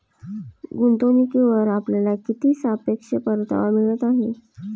गुंतवणूकीवर आपल्याला किती सापेक्ष परतावा मिळत आहे?